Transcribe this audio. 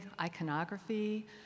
iconography